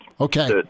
Okay